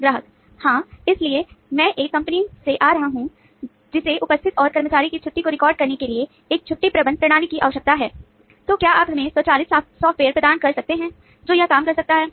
ग्राहक हाँ इसलिए मैं एक कंपनी से आ रहा हूँ जिसे उपस्थिति और कर्मचारी की छुट्टी को रिकॉर्ड प्रदान कर सकते हैं जो यह काम कर सकता है